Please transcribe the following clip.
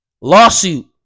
lawsuit